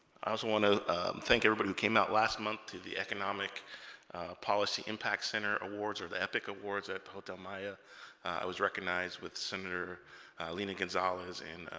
i also want to thank everybody who came out last month to the economic policy impact center awards or the epic awards at hotel maya i was recognized with senator lena gonzales in